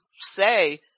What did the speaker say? say